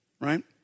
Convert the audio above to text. right